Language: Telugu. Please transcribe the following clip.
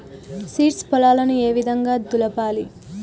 సీడ్స్ పొలాలను ఏ విధంగా దులపాలి?